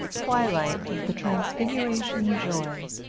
twilight of the transfiguration-joy,